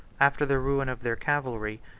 after the ruin of their cavalry,